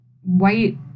white